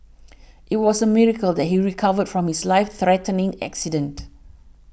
it was a miracle that he recovered from his life threatening accident